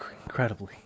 Incredibly